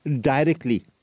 directly